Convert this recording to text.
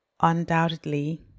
undoubtedly